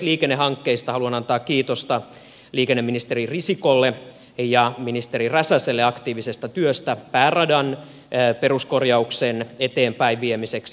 liikennehankkeista haluan antaa kiitosta liikenneministeri risikolle ja ministeri räsäselle aktiivisesta työstä pääradan peruskorjauksen eteenpäinviemiseksi